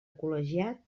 col·legiat